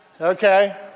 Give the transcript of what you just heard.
Okay